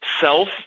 self